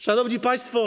Szanowni Państwo!